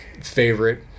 favorite